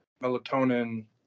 melatonin